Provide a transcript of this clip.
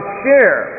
share